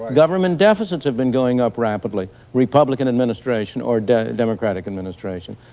government deficits have been going up rapidly, republican administration or democratic administration.